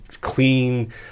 clean